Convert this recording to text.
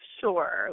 sure